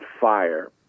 fire